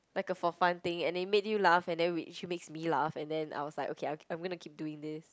like a for fun thing and it made you laugh and then which makes me laugh and then I was like okay I I'm going to keep doing this